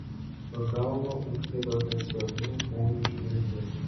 per galvą ūžtelėjo nesenų pojūčių vaizdai